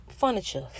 furniture